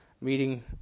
meeting